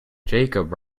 jacob